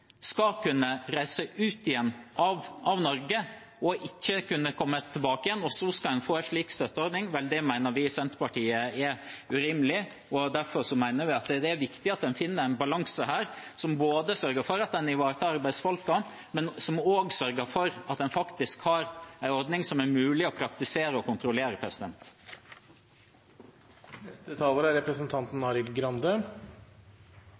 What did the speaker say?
skal kunne reise ut igjen av Norge og ikke kunne komme tilbake igjen, og så skal en få en slik støtteordning, det mener vi i Senterpartiet er urimelig. Derfor mener vi at det er viktig at en finner en balanse her som både sørger for at en ivaretar arbeidsfolkene, og for at en faktisk har en ordning som er mulig å praktisere og kontrollere.